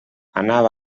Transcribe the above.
anava